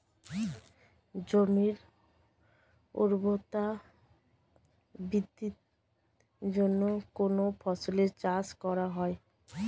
জমির উর্বরতা বৃদ্ধির জন্য কোন ফসলের চাষ করা হয়?